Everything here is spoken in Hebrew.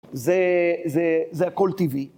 זה, זה, זה הכול טבעי.